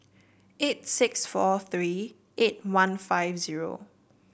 eight six four three eight one five zero